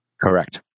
Correct